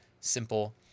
simple